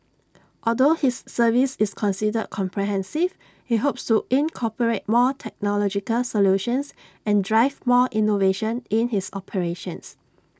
although his service is considered comprehensive he hopes to incorporate more technological solutions and drive more innovation in his operations